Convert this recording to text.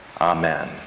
Amen